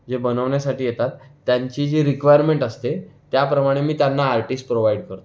जे बनवण्यासाठी येतात त्यांची जी रिक्वायरमेंट असते त्याप्रमाणे मी त्यांना आर्टिस्ट प्रोव्हाईड करतो